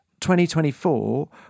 2024